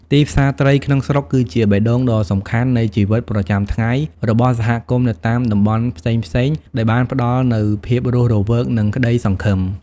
ទីផ្សារត្រីក្នុងស្រុក គឺជាបេះដូងដ៏សំខាន់នៃជីវិតប្រចាំថ្ងៃរបស់សហគមន៍នៅតាមតំបន់ផ្សេងៗដែលបានផ្តល់នូវភាពរស់រវើក និងក្ដីសង្ឃឹម។